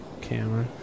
camera